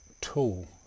tool